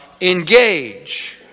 engage